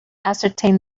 ascertain